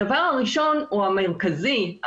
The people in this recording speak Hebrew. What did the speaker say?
הדבר הראשון הוא המרכזי,